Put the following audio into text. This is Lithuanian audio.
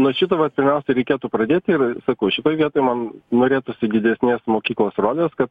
nuo šito vat pirmiausia reikėtų pradėti ir sakau šitoj vietoj man norėtųsi didesnės mokyklos rolės kad